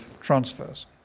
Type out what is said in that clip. transfers